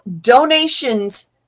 donations